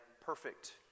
perfect